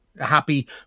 happy